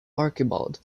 archibald